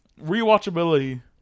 Rewatchability